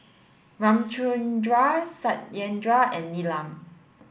Ramchundra Satyendra and Neelam